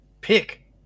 pick